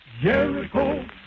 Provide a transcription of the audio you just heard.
Jericho